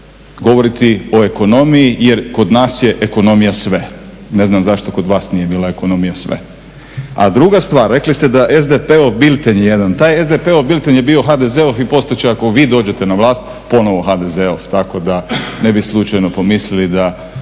govoriti o ekonomiji jer kod nas je ekonomija sve. Ne znam zašto kod vas nije bila ekonomija sve? A druga stvar, rekli ste da SDP-ovo bilten, taj SDP-ov bilten je bio HDZ-ov i postat će ako vi dođete na vlast ponovno HDZ-ov tak da ne bi slučajno pomislili da